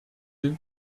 him